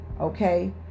okay